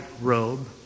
robe